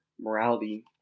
morality